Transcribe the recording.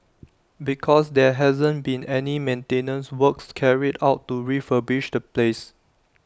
because there hasn't been any maintenance works carried out to refurbish the place